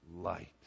light